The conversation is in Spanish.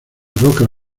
rocas